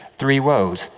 three woes,